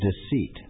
deceit